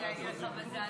היו אומרים: